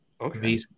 Okay